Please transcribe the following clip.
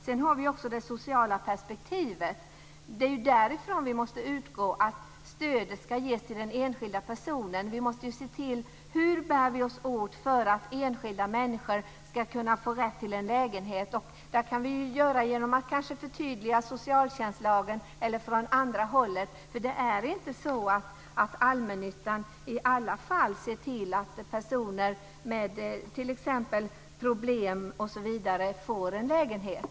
Sedan har vi också det sociala perspektivet. Vi måste ju utgå från att stödet ska ges till den enskilda personen. Vi måste se till hur vi bär oss åt för att enskilda människor ska kunna få rätt till en lägenhet. Det kan vi göra genom att kanske förtydliga socialtjänstlagen eller från andra håll. Det är ju inte så att allmännyttan ser till att personer med t.ex. problem får en lägenhet.